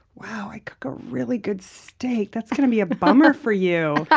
wow, i cook a really good steak. that's going to be a bummer for you.